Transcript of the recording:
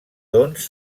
dons